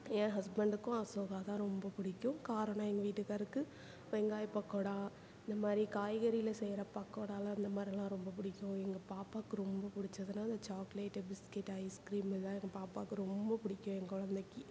என் ஹஸ்பண்டுக்கும் அசோகா தான் ரொம்ப பிடிக்கும் காரம்னா எங்கள் வீட்டுக்காரருக்கு வெங்காய பக்கோடா இந்த மாதிரி காய்கறியில் செய்கிற பக்கோடாலாம் அந்த மாதிரிலாம் ரொம்ப பிடிக்கும் எங்கள் பாப்பாவுக்கு ரொம்ப பிடிச்சதுனா இந்த சாக்லேட்டு பிஸ்கேட் ஐஸ்கிரீம் இதான் எங்கள் பாப்பாவுக்கு ரொம்ப பிடிக்கும் என் கொழந்தைக்கு